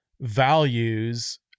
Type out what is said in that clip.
values